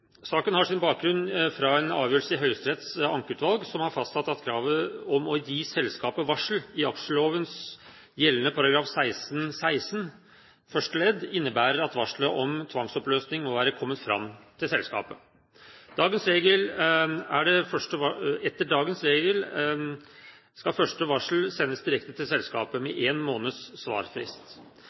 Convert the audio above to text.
Saken har sin bakgrunn fra en avgjørelse i Høyesteretts ankeutvalg, som har fastsatt at kravet om å «gi selskapet varsel» i aksjelovens gjeldende § 16-16 første ledd innebærer at varselet om tvangsoppløsning må være kommet fram til selskapet. Etter dagens regel skal første varsel sendes direkte til selskapet, med én måneds svarfrist.